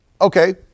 okay